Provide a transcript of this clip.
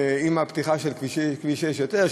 עם הפתיחה של כביש 6 יותר,